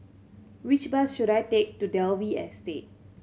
which bus should I take to Dalvey Estate